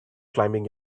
climbing